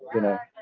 you know,